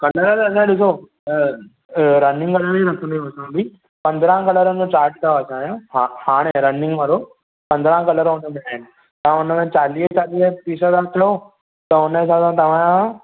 colour असांजे ॾिसो running colour रखंदा आहियूं असां बि पंद्रहां कलरनि जो चार्ट अथव असांजो हाणे रनिंग वारो पंद्रहां कलर हुन में आहिनि तव्हां हुन में चालीह चालीह पीस तव्हां चयो त हुन हिसाब सां तव्हां